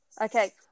Okay